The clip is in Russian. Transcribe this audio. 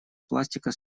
пластика